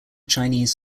chinese